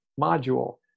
module